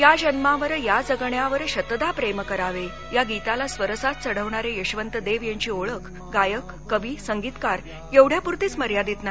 या जन्मावर या जगण्यावर शतदा प्रेम करावे या गीताला स्वरसाज चढवणारे यशवंत देव यांची ओळख गायक कवी संगीतकार एवढ्यापुरती मर्यादित नाही